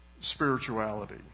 spirituality